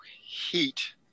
heat